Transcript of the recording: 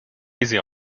easy